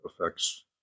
affects